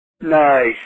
Nice